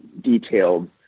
detailed